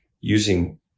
using